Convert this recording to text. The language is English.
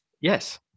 yes